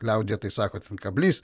liaudyje tai sako ten kablys